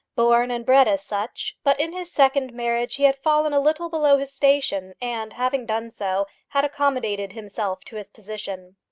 born and bred as such but in his second marriage he had fallen a little below his station, and, having done so, had accommodated himself to his position.